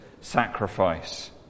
sacrifice